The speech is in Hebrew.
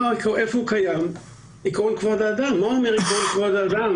מה אומר עקרון כבוד האדם?